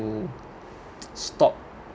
to stop